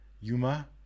Yuma